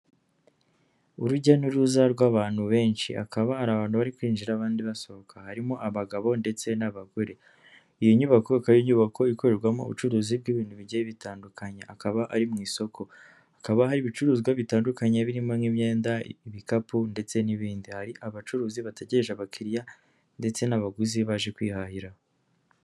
Urujya n'uruza rw'abantu benshi hakaba hari abantu bari kwinjira abandi basohoka harimo abagabo ndetse n'abagore iyo nyubako ikaba inyubako ikorerwamo ubucuruzi bw'ibintu bigiye bitandukanye hakaba ari mu isoko hakababaho ibicuruzwa bitandukanye birimo nk'imyenda ibikapu ndetse n'ibindi hari abacuruzi bategereje abakiriya ndetse n'abaguzi baje kwihahira.